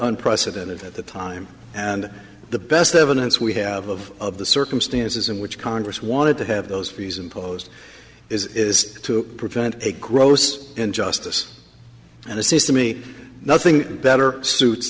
unprecedented at the time and the best evidence we have of of the circumstances in which congress wanted to have those fees imposed is to prevent a gross in justice and a system e nothing better suits